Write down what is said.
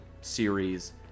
series